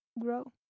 grow